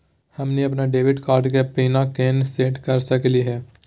हमनी अपन debit card के पीन केना सेट कर सकली हे?